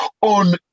On